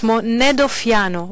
שמו נדוף יאנו,